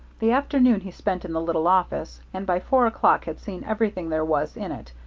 the afternoon he spent in the little office, and by four o'clock had seen everything there was in it,